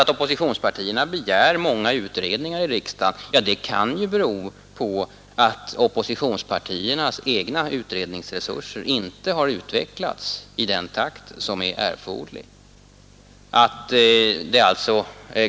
Att oppositionspartierna begär många utredningar i riksdagen kan ju bero på att oppositionspartiernas egna utredningsresurser inte har utvecklats i den takt som är erforderlig.